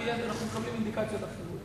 כי אנחנו מקבלים אינדיקציות אחרות.